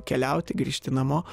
keliauti grįžti namo